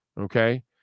Okay